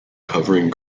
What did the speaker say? covering